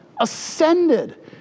Ascended